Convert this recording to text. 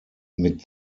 mit